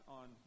on